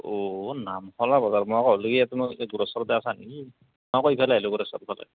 অ' নামফলা বজাৰ মই আকৌ গোৰেশ্বৰতে আছা নেকি মই আকৌ এইফালে আহিলোঁ গোৰেশ্বৰৰ ফালে